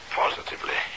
positively